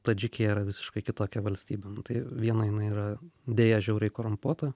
tadžikija yra visiškai kitokia valstybė nu tai viena jinai yra deja žiauriai korumpuota